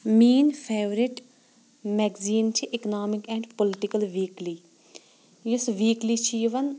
میٲنۍ favourite magazine چھِ economic and political weekly یُس ویکلی چھِ یِوان